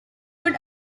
could